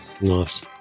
Nice